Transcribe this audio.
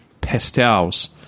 pastels